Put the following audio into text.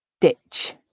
Ditch